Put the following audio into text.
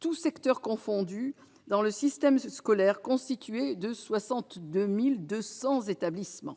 tous secteurs confondus, dans le système scolaire, constitué de 62 200 établissements.